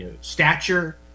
stature